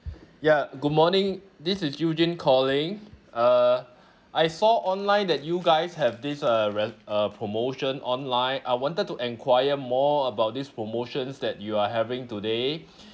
ya good morning this is eugene calling uh I saw online that you guys have this uh rel~ uh promotion online I wanted to enquire more about these promotions that you are having today